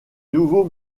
nouveau